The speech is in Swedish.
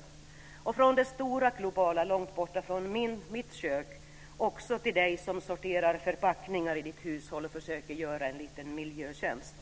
Det går också från det stora globala långt borta från mitt kök till dig som sorterar förpackningar i ditt hushåll och försöker göra en liten miljötjänst.